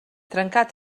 trencat